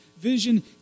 Vision